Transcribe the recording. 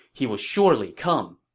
he would surely come.